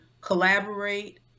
collaborate